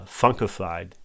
funkified